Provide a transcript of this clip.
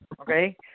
okay